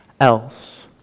else